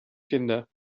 kinder